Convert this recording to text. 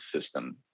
system